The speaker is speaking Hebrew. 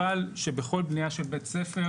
אבל שבכל בניה של בית-ספר,